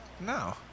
No